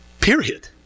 Period